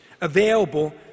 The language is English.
available